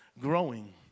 growing